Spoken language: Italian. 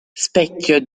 specchio